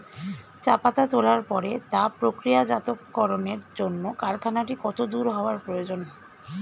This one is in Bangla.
চা পাতা তোলার পরে তা প্রক্রিয়াজাতকরণের জন্য কারখানাটি কত দূর হওয়ার প্রয়োজন?